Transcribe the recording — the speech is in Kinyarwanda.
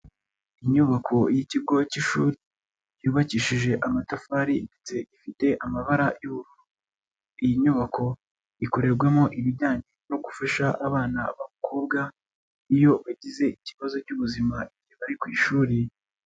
Inyubako y'ikigo cy'ishuri yubakishije amatafari ndetse ifite amabara u'bururu, iyi nyubako ikorerwamo ibijyanye no gufasha abana b'abakobwa iyo bagize ikibazo cy'ubuzima bari ku ishuri.